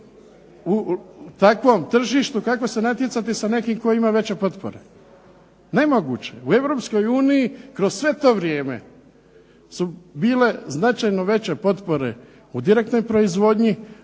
u takvom tržištu, kako se natjecati sa nekim tko ima veće potpore. Nemoguće, u Europskoj uniji kroz sve to vrijeme su bile značajno veće potpore u direktnoj proizvodnji,